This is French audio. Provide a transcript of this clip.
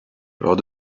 lors